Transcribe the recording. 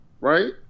right